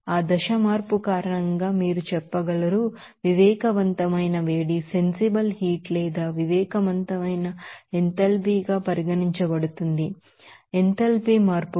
ఆ దశ మార్పు కారణంగా మీరు చెప్పగల వివేకవంతమైన వేడి లేదా వివేకవంతమైన ఎంథాల్పీగా పరిగణించబడుతుంది మరియు ఎంథాల్పీ మార్పు కూడా